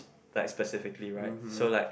like specifically right so like